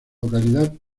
localidad